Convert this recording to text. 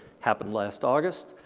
happened last august,